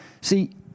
See